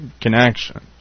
connection